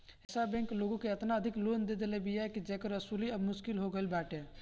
एश bank लोग के एतना अधिका लोन दे देले बिया जेकर वसूली अब मुश्किल हो गईल बाटे